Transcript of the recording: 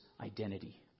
identity